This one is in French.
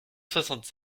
soixante